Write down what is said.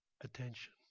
attention